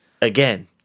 Again